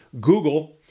Google